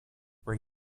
where